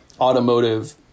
automotive